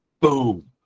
boom